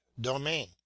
domain